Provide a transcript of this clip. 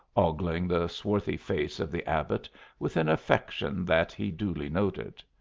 ogling the swarthy face of the abbot with an affection that he duly noted.